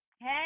Hey